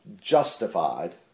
justified